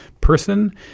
person